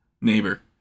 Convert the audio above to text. neighbor